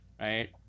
right